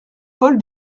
paul